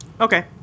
Okay